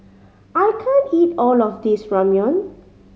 I can't eat all of this Ramyeon